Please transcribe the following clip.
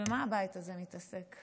במה הבית הזה מתעסק?